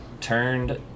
turned